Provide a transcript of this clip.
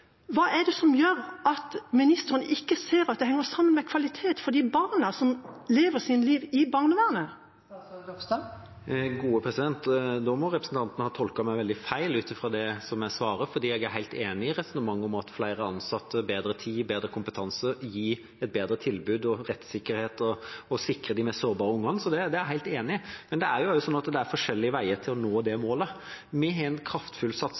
Hva er det som gjør at ministeren ikke ser at dette henger sammen med kvalitet for de barna som lever sitt liv i barnevernet? Da må representanten ha tolket meg veldig feil ut ifra det jeg svarer, for jeg er helt enig i resonnementet om at flere ansatte, bedre tid og bedre kompetanse gir et bedre tilbud, rettssikkerhet og sikrer de mest sårbare ungene. Det er jeg helt enig i. Men det er forskjellige veier for å nå det målet. Vi har en kraftfull satsing